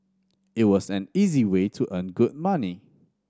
it was an easy way to earn good money